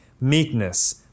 Meekness